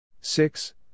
Six